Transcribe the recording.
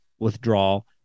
withdrawal